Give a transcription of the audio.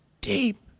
deep